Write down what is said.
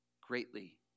greatly